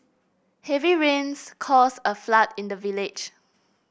heavy rains caused a flood in the village